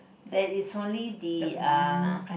there is only the uh